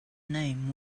name